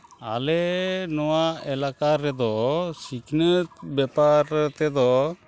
ᱟᱞᱮ ᱱᱚᱣᱟ ᱮᱞᱟᱠᱟ ᱨᱮᱫᱚ ᱥᱤᱠᱷᱱᱟᱹᱛ ᱵᱮᱯᱟᱨ ᱛᱮᱫᱚ